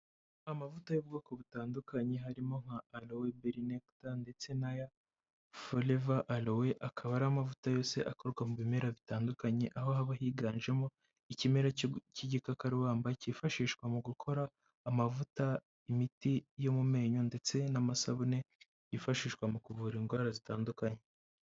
Amavuta y'ubwoko butandukanye harimo nka Aloe Berry Nectar ndetse n'aya Forever Aloe akaba ari amavuta yose akorwa mu bimera bitandukanye aho haba higanjemo ikimera cy'igikakarubamba cyifashishwa mu gukora amavuta, imiti yo mu menyo ndetse n'amasabune yifashishwa mu kuvura indwara zitandukanye.